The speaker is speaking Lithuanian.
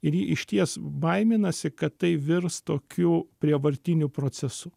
ir ji išties baiminasi kad tai virs tokiu prievartiniu procesu